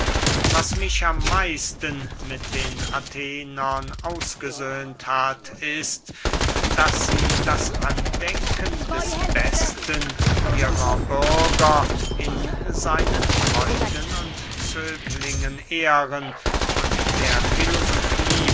was mich am meisten mit den athenern ausgesöhnt hat ist daß sie das andenken des besten ihrer bürger in seinen freunden und zöglingen ehren und der